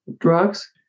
drugs